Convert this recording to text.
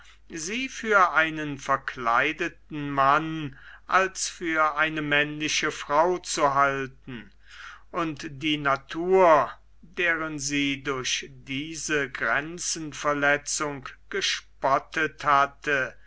sie für einen verkleideten mann als für eine männliche frau zu halten und die natur deren sie durch diese grenzenverletzung gespottet hatte